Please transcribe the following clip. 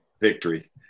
Victory